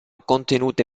contenute